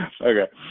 Okay